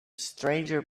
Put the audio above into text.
stranger